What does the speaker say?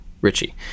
Richie